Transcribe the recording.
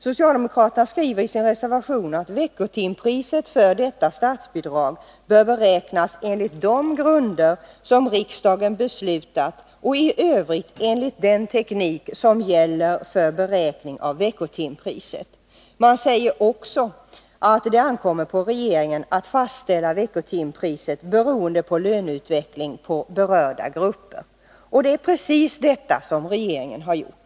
Socialdemokraterna uttalar i denna reservation att veckotimpriset för detta statsbidrag bör beräknas enligt de grunder som riksdagen beslutat och i övrigt enligt den teknik som gäller för beräkning av veckotimpriset inom grundskolan. Man säger också att det ankommer på regeringen att fastställa veckotimpriset beroende på löneutveckling för berörda grupper. Ja, det är precis vad regeringen har gjort.